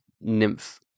nymph